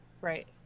right